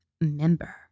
member